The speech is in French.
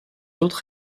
autres